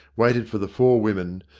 waited for the four women,